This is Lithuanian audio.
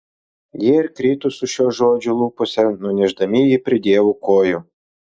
jie ir krito su šiuo žodžiu lūpose nunešdami jį prie dievo kojų